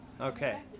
Okay